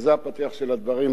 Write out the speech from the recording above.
זה הפתיח של הדברים,